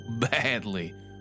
badly